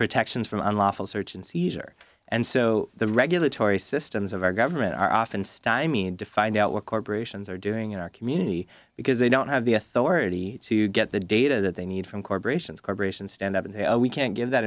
protections from unlawful search and seizure and so the regulatory systems of our government are often stymied to find out what corporations are doing in our community because they don't have the authority to get the data that they need from corporations corporations stand up and say oh we can't give that